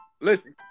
Listen